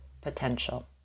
potential